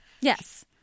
Yes